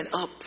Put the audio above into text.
up